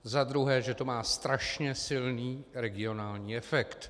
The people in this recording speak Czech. Za druhé, že to má strašně silný regionální efekt.